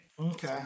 Okay